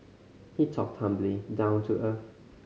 he talked humbly down to earth